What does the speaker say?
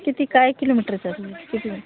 किती काय किलोमीटर तर किती होईन